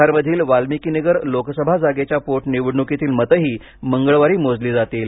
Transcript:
बिहारमधील वाल्मिकीनगर लोकसभा जागेच्या पोटनिवडणुकीतील मतंही मंगळवारी मोजली जातील